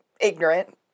ignorant